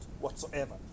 whatsoever